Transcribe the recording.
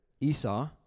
Esau